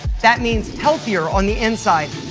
that means healthier on the inside,